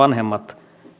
vanhemmat